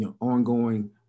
ongoing